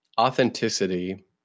authenticity